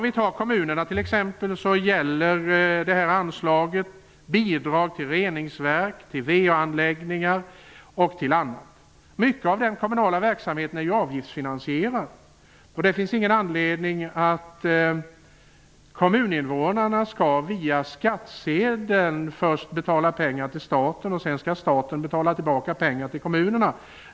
För kommunernas del gäller anslaget bidrag till reningsverk, va-anläggningar och annat. Mycket av den kommunala verksamheten är ju avgiftsfinansierad. Det finns ingen anledning att kommuninvånarna via skattsedeln först skall betala pengar till staten som staten sedan skall betala tillbaka till kommunerna.